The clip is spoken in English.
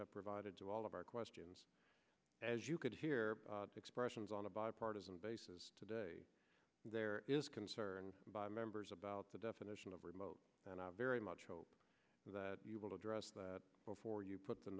have provided to all of our questions as you could hear expressions on a bipartisan basis today there is concern by members about the definition of remote and i very much hope that you will address that before you put